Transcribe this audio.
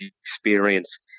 experience